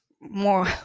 more